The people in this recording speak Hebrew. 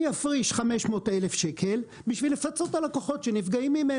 אני אפריש 500 אלף שקלים כדי לפצות את הלקוחות שנפגעו.